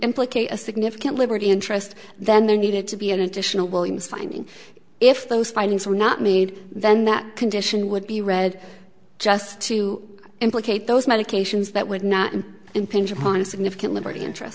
implicate a significant liberty interest then there needed to be an additional williams finding if those findings were not made then that condition would be read just to implicate those medications that would not impinge upon a significant